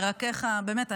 באמת,